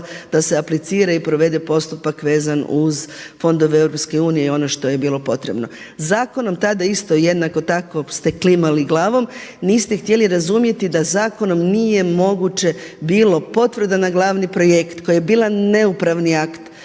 da se aplicira i provede postupak vezan uz fondove EU i ono što je bilo potrebno. Zakonom tada isto jednako tako ste klimali glavom, niste htjeli razumjeti da zakonom nije moguće bilo potvrda na glavni projekt koji je bila neupravni akt